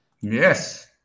Yes